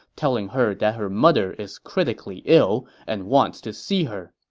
telling her that her mother is critically ill and wants to see her.